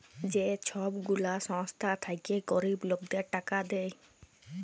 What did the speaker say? যে ছব গুলা সংস্থা থ্যাইকে গরিব লকদের টাকা দেয়